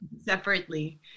Separately